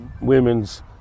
women's